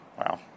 Wow